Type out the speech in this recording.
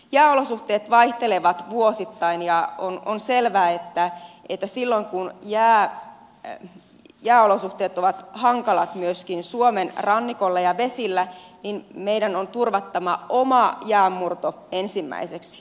jääolosuhteet vaihtelevat vuosittain ja on selvää että silloin kun jääolosuhteet ovat hankalat myöskin suomen rannikolla ja vesillä niin meidän on turvattava oma jäänmurto ensimmäiseksi